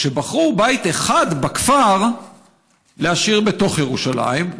רק שבחרו בית אחד בכפר להשאיר בתוך ירושלים,